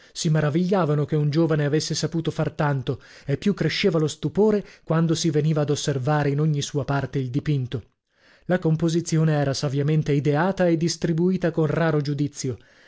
si maravigliavano che un giovane avesse saputo far tanto e più cresceva lo stupore quando si veniva ad osservare in ogni sua parte il dipinto la composizione era saviamente ideata e distribuita con raro giudizio